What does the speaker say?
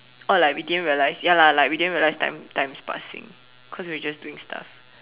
or like we didn't realize ya lah like we didn't realize time time is passing cause we were just doing stuff